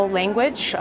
language